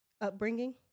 upbringing